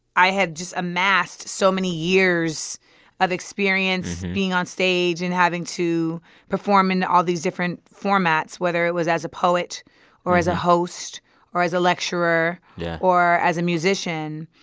i had just amassed so many years of experience being onstage and having to perform in all these different formats, whether it was as a poet or as a host or as a lecturer yeah or as a musician.